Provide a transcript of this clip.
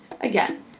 Again